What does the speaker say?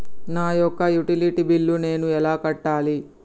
నా యొక్క utility bill నేను ఎలా కట్టాలి?